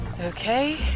Okay